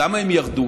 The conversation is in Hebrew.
למה הם ירדו?